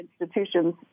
institutions